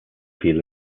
feel